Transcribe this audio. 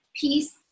peace